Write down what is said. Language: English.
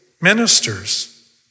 ministers